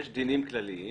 יש דינים כלליים